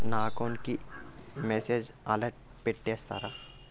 నా అకౌంట్ కి message alert పెట్టిస్తారా